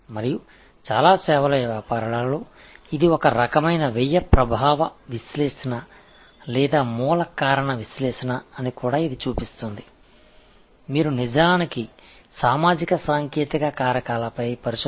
பெரும்பாலான சர்வீஸ் வணிகங்களில் இது ஒரு வகையான செலவு விளைவு பகுப்பாய்வு அல்லது மூல காரண பகுப்பாய்வு என்பதை நீங்கள் காட்டுகிறது நீங்கள் உண்மையில் சமூக டெக்னிக்கல் காரணிகளை ஆராய்வீர்கள்